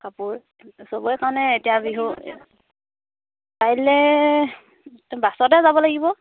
কাপোৰ চবৰেই কাৰণে এতিয়া বিহু কাইলৈ বাছতে যাব লাগিব